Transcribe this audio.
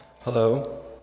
Hello